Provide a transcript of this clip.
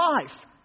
life